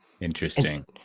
interesting